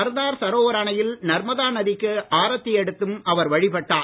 சர்தார் சரோவர் அணையில் நர்மதா நதிக்கு ஆரத்தி எடுத்தும் அவர் வழிபட்டார்